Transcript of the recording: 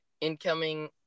incoming